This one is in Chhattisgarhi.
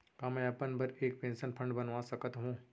का मैं अपन बर एक पेंशन फण्ड बनवा सकत हो?